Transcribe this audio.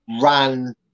ran